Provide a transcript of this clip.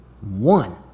One